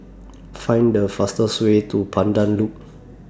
Find The fastest Way to Pandan Loop